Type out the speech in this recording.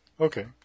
Okay